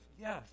Yes